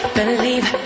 believe